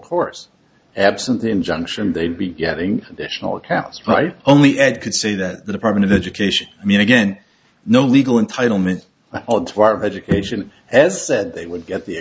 course absent the injunction they'd be getting additional caps right only it could say that the department of education i mean again no legal entitlement to art education as said they would get the